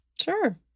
sure